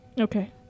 Okay